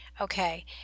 Okay